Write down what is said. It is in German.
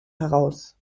heraus